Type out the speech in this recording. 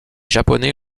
japonais